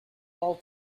all